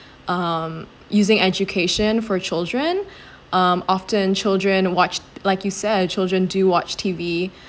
um using education for children um often children watch like you said children do watch T_V